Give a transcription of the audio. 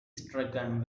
stricken